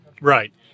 Right